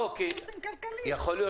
כל פעם השר צריך להוכיח שאין לו